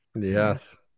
Yes